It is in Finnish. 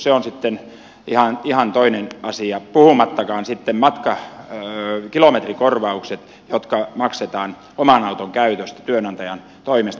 se on sitten ihan toinen asia puhumattakaan sitten kilometrikorvauksista jotka maksetaan oman auton käytöstä työnantajan toimesta